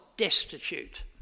destitute